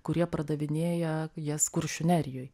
kurie pardavinėja jas kuršių nerijoj